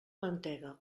mantega